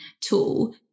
tool